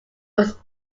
was